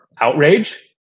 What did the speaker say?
outrage